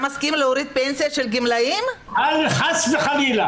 חס וחלילה.